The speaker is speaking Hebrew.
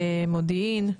מודיעין.